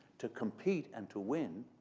to compete and to win